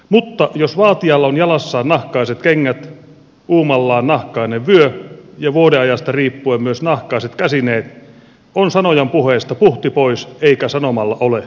mutta jos vaatijalla on jalassaan nahkaiset kengät uumallaan nahkainen vyö ja vuodenajasta riippuen myös nahkaiset käsineet on sanojan puheesta puhti pois eikä sanomalla ole syvyyttä